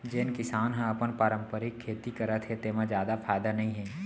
जेन किसान ह अपन पारंपरिक खेती करत हे तेमा जादा फायदा नइ हे